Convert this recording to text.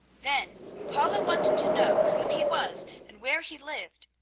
then paula wanted to know who he was and where he lived,